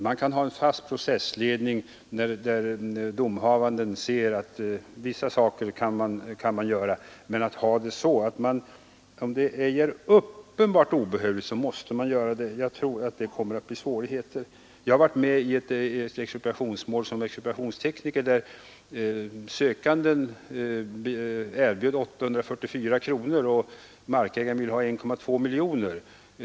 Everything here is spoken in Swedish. Man kan ha en fast processledning, där domhavanden bestämmer att vissa utredningar skall göras, men en regel som säger att utredningsbeslut skall fattas, om detta ej är uppenbart obehövligt, tror jag kommer att skapa svårigheter. Jag har medverkat som expropriationstekniker vid ett expropriationsmål, där sökanden erbjöds 844 kronor och markägaren ville ha 1,2 miljoner.